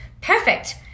perfect